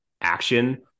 action